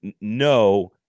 no